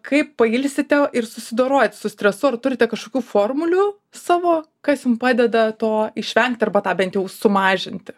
kaip pailsite ir susidorojat su stresu ar turite kažkokių formulių savo kas jum padeda to išvengt arba bent jau sumažinti